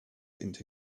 into